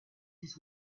his